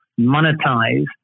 monetize